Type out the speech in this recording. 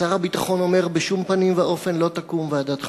שר הביטחון אומר: בשום פנים ואופן לא תקום ועדת חקירה.